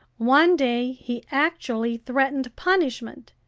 one day he actually threatened punishment,